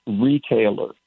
retailer